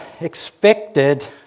expected